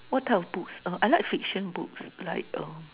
what types of books uh I like fiction books like uh